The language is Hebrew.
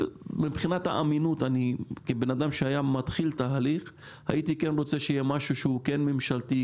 כבן אדם שהיה מתחיל תהליך הייתי כן רוצה שיהיה משהו שהוא כן ממשלתי,